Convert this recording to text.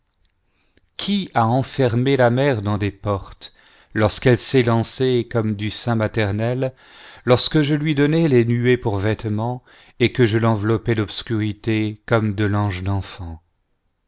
qui a enfermé la mer avec des portes lorsqu'elle s'élançait comme du sein maternel lorsque je lui donnais les nuées pour vêtement et que je l'enveloppais d'obscurité comme de langes d'enfant